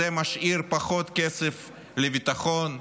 זה משאיר פחות כסף לביטחון,